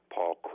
Paul